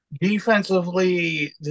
defensively